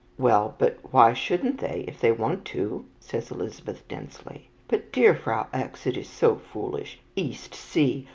well, but why shouldn't they, if they want to? says elizabeth densely. but, dear frau x, it is so foolish. east sea!